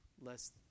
less